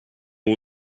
all